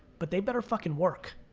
but they better fucking work.